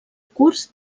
curs